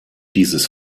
dieses